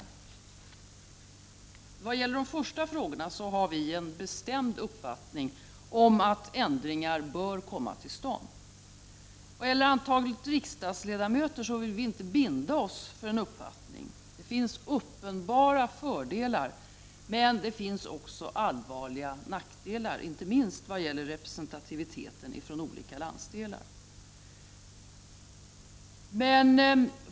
När det gäller de första frågorna har vi en bestämd uppfattning om att ändringar bör komma till stånd. Beträffande antalet riksdagsledamöter vill vi inte binda oss för en uppfattning. Det finns uppenbara fördelar, men det finns också allvarliga nackdelar inte minst vad gäller representativiteten från olika landsdelar.